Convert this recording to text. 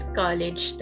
college